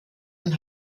und